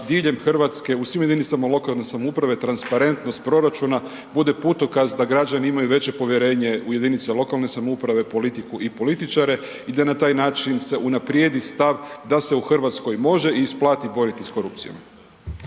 diljem Hrvatske u svim jedinicama lokalne samouprave transparentnost proračuna bude putokaz da građani imaju veće povjerenje u jedinice lokalne samouprave, politiku i političare i da na taj način se unaprijedi stav da se u Hrvatskoj može i isplati boriti s korupcijom.